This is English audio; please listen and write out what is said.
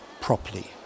properly